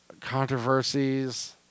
controversies